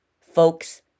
Folks